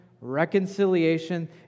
reconciliation